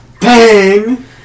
Bang